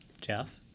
Jeff